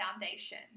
foundation